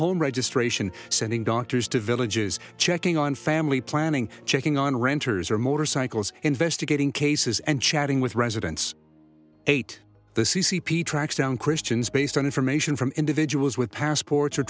home registration sending doctors to villages checking on family planning checking on renters or motorcycles investigating cases and chatting with residents eight the c c p tracked down christians based on information from individuals with passports or